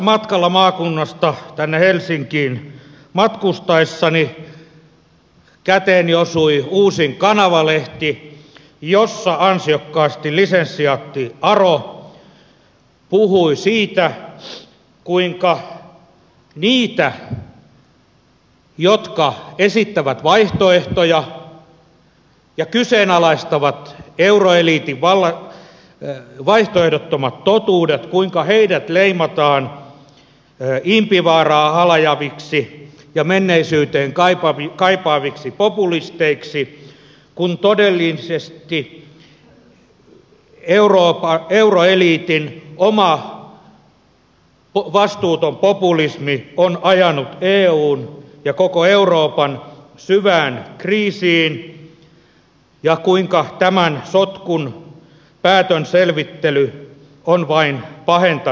matkalla maakunnasta tänne helsinkiin matkustaessani käteeni osui uusin kanava lehti jossa ansiokkaasti lisensiaatti aro puhui siitä kuinka niitä jotka esittävät vaihtoehtoja ja kyseenalaistavat euroeliitin vaihtoehdottomat totuudet leimataan impivaaraa halajaviksi ja menneisyyteen kaipaaviksi populisteiksi kun todellisesti euroeliitin oma vastuuton populismi on ajanut eun ja koko euroopan syvään kriisiin ja kuinka tämän sotkun päätön selvittely on vain pahentanut tilannetta